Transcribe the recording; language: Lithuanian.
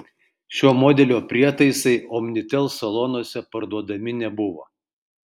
šio modelio prietaisai omnitel salonuose parduodami nebuvo